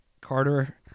Carter